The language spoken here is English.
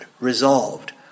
Resolved